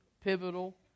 pivotal